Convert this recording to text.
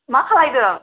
मा खालामदों